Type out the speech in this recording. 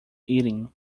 eating